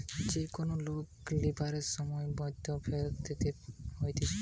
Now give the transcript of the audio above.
যখন কোনো লোন লিবার সময়ের মধ্যে ফেরত দিতে হতিছে